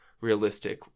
realistic